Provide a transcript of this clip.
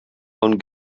von